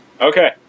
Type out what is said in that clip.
Okay